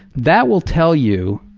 that will tell you